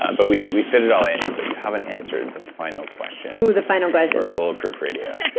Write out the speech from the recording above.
ah but we we fit it all in, but you haven't answered the final question oh, the final question for bulletproof radio,